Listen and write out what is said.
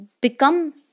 become